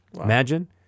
Imagine